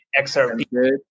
XRP